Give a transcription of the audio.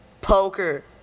Poker